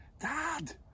dad